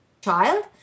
child